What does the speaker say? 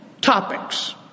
topics